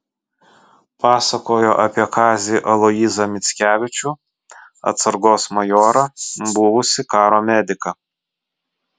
pasakojo apie kazį aloyzą mickevičių atsargos majorą buvusį karo mediką